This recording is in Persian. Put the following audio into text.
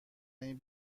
این